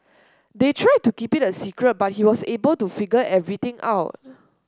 they tried to keep it a secret but he was able to figure everything out